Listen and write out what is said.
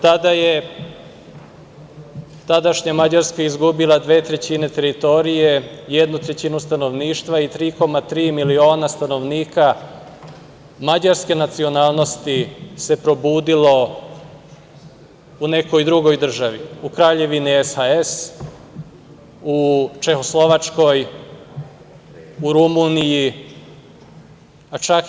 Tada je tadašnja Mađarska izgubila dve trećine teritorije, jednu trećinu stanovništva i 3,3 miliona stanovnika mađarske nacionalnosti se probudilo u nekoj drugoj državi, u Kraljevini SHS, u Čehoslovačkoj, u Rumuniji.